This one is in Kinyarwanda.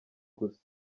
gusa